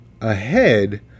ahead